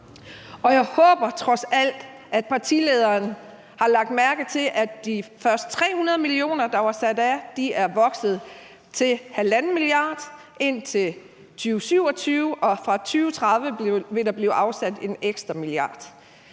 jeg håber trods alt, at partilederen har lagt mærke til, at de første 300 mio. kr., der var sat af, er vokset til 1,5 mia. kr. indtil 2027, og fra 2030 vil der blive afsat en ekstra milliard.